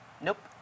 Nope